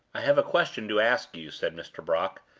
i have a question to ask you, said mr. brock,